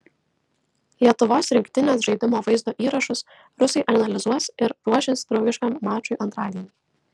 lietuvos rinktinės žaidimo vaizdo įrašus rusai analizuos ir ruošis draugiškam mačui antradienį